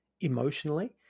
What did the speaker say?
emotionally